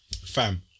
fam